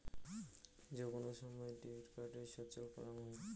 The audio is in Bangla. যে কোন সময়ত ডেবিট কার্ডকে সচল করাং হই